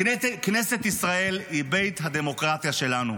כנסת ישראל היא בית הדמוקרטיה שלנו.